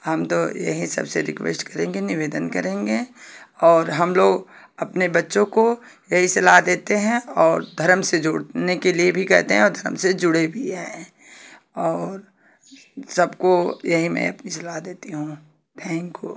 हम तो यही सबसे रिक्वेस्ट करेंगे निवेदन करेंगे और हम लोग अपने बच्चों को यही सलाह देते हैं और धर्म से जोड़ने के लिए भी कहते हैं आप हमसे जुड़े भी हैं और सबको यही मैं अपनी सलाह देता हूँ थैंकयू